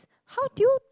how do you